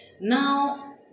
now